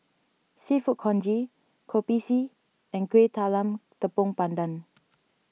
Seafood Congee Kopi C and Kueh Talam Tepong Pandan